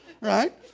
Right